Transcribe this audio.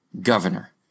governor